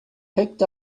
picked